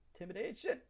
Intimidation